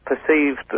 Perceived